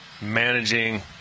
Managing